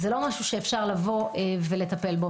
זה לא משהו שאפשר לטפל בו.